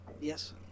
Yes